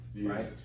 right